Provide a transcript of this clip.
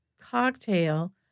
cocktail